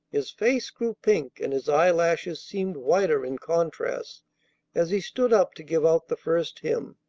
his face grew pink, and his eyelashes seemed whiter in contrast as he stood up to give out the first hymn.